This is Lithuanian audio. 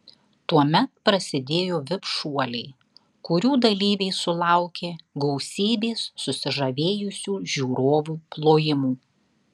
tuomet prasidėjo vip šuoliai kurių dalyviai sulaukė gausybės susižavėjusių žiūrovų plojimų